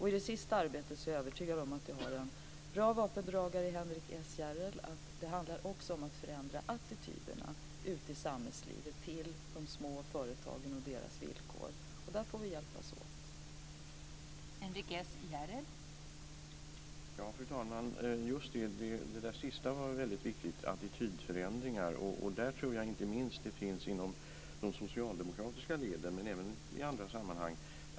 I det sista arbetet är jag övertygad om att jag har en bra vapendragare i Henrik S Järrel. Det handlar också om att förändra attityderna ute i samhällslivet till de små företagen och deras villkor. Där får vi hjälpas åt.